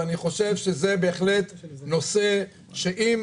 ואני חושב שזה בהחלט נושא שאם